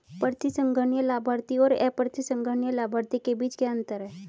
प्रतिसंहरणीय लाभार्थी और अप्रतिसंहरणीय लाभार्थी के बीच क्या अंतर है?